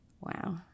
wow